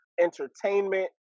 entertainment